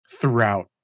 throughout